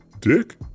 dick